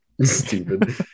Stupid